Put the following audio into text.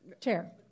Chair